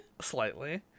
slightly